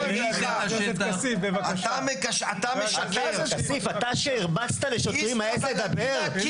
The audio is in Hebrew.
חבר הכנסת כסיף, אתה שהרבצת לשוטרים מעז לדבר?